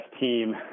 team